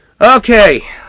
Okay